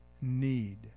need